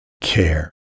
care